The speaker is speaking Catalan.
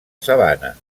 sabana